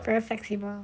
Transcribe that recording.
very flexible